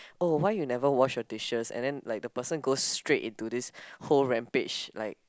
oh why you never wash your dishes and then like the person goes straight into this whole rampage like